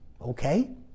okay